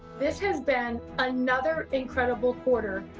this has been another incredible quarter,